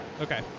Okay